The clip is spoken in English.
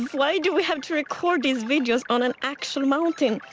why do we have to record these videos on an actual mountain?